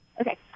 Okay